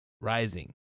rising